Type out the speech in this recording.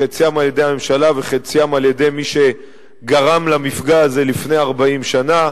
חציים על-ידי הממשלה וחציים על-ידי מי שגרם למפגע הזה לפני 40 שנה.